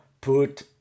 put